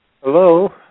Hello